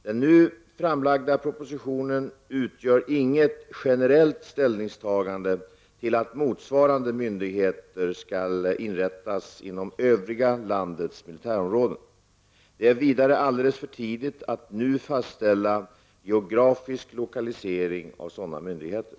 Den nu framlagda propositionen utgör inget generellt ställningstagande till att motsvarande myndigheter skall inrättas inom övriga landets militärområden. Det är vidare alldeles för tidigt att nu fastställa geografisk lokalisering av sådana myndigheter.